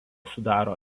sudaro